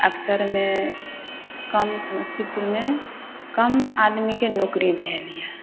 अक्सरमे कम समस्तीपुरमे कम आदमीके नौकरी भेल यऽ